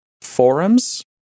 forums